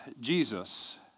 Jesus